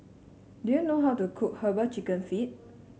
do you know how to cook herbal chicken feet